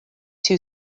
too